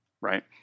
right